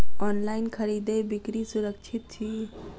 online खरीदै बिक्री सुरक्षित छी